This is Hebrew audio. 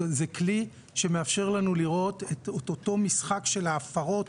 זה כלי שמאפשר לנו לראות את אותו משחק של ההפרות.